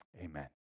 Amen